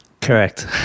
correct